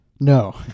No